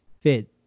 fit